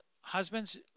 husbands